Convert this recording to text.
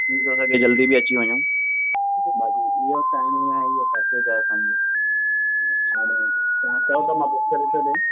थी थो सघे जल्दी बि अची वञूं बाक़ी इहो टाइमिंग आहे इहो पैकेज आहे असांजो हाणे तव्हां चओ त मां बुक करे छॾियां